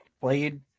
played